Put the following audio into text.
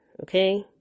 okay